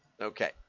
Okay